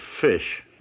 fish